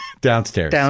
Downstairs